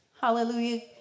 Hallelujah